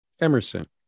Emerson